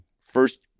first